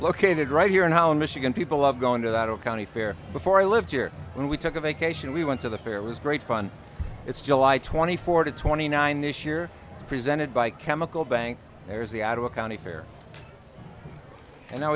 located right here in holland michigan people love going to that oh county fair before i lived here and we took a vacation we went to the fair it was great fun it's july twenty fourth and twenty nine this year presented by chemical bank there's the out of a county fair and now